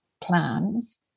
plans